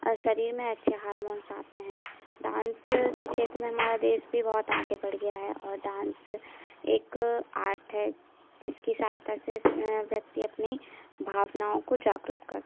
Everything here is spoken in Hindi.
शरीर में अच्छे हार्मोन्स आते हैं डांस के क्षेत्र में हमारा देश भी बहुत आगे बढ़ गया है और डांस एक आर्ट है जिसकी सहायता से व्यक्ति अपनी भावनाओं को जागरूक करता है